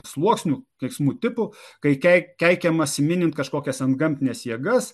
sluoksnių keiksmų tipų kai kei keikiamasi minint kažkokias antgamtines jėgas